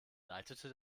leitete